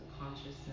consciousness